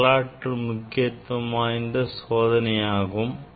வரலாற்று முக்கியத்துவம் வாய்ந்த சோதனையாகும்